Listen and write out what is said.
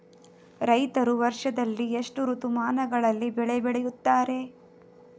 ರೈತರು ವರ್ಷದಲ್ಲಿ ಎಷ್ಟು ಋತುಮಾನಗಳಲ್ಲಿ ಬೆಳೆ ಬೆಳೆಯುತ್ತಾರೆ?